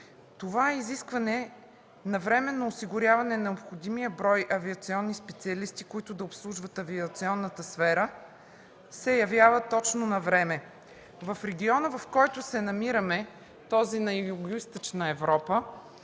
Изискването за осигуряване на необходимия брой авиационни специалисти, които да обслужват авиационната сфера, се явява точно навреме. В региона, в който се намираме – този на Югоизточна Европа,